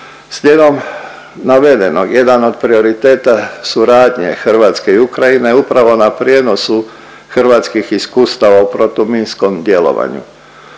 Slijedom navedenog jedan od prioriteta suradnje Hrvatske i Ukrajine je upravo na prijenosu hrvatskih iskustava u protuminskom djelovanju.